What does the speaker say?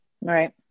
Right